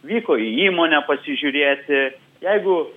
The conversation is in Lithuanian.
vyko į įmonę pasižiūrėti jeigu